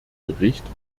bericht